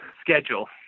schedule